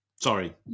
Sorry